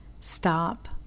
stop